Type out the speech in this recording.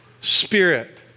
spirit